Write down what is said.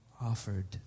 offered